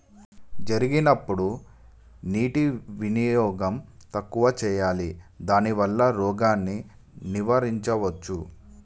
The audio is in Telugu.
జరిగినప్పుడు నీటి వినియోగం తక్కువ చేయాలి దానివల్ల రోగాన్ని నివారించవచ్చా?